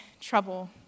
trouble